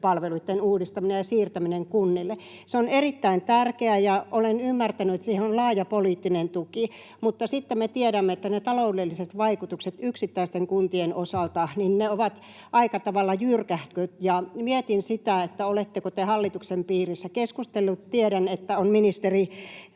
TE-palveluitten uudistamisen ja siirtämisen kunnille. Se on erittäin tärkeää, ja olen ymmärtänyt, että siihen on laaja poliittinen tuki, mutta sitten me tiedämme, että ne taloudelliset vaikutukset yksittäisten kuntien osalta ovat aika tavalla jyrkähköt. Mietin sitä, oletteko te hallituksen piirissä keskustelleet — tiedän, että on ministeri